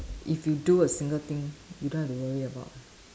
if you do a single thing you don't have to worry about